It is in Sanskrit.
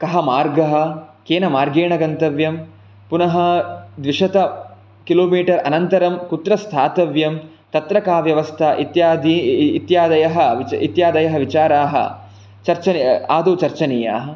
कः मार्गः केन मार्गेण गन्तव्यं पुनः द्विशत किलो मिटर् अनन्तरं कुत्र स्थातव्यं तत्र का व्यवस्था इत्यादयः विचाराः आदौ चर्चनीयाः